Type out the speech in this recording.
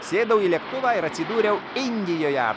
sėdau į lėktuvą ir atsidūriau indijoje